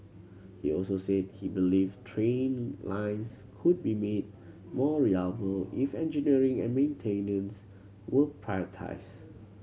he also said he believed train lines could be made more reliable if engineering and maintenance were prioritised